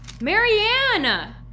Marianne